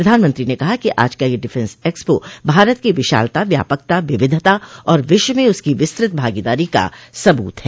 प्रधानमंत्री ने कहा कि आज का यह डिफेंस एक्सपो भारत की विशालता व्यापकता विविधता और विश्व में उसकी विस्तृत भागीदारी का सबूत है